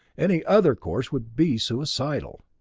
any other course would be suicidal.